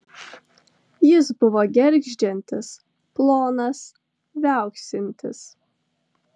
jis buvo gergždžiantis plonas viauksintis